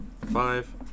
five